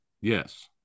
Yes